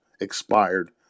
expired